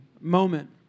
moment